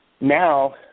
now